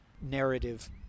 narrative